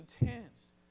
intense